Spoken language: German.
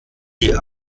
die